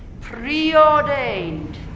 preordained